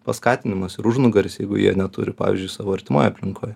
paskatinimas ir užnugaris jeigu jie neturi pavyzdžiui savo artimoj aplinkoj